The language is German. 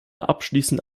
abschließende